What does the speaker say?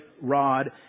rod